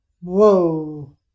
whoa